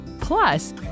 Plus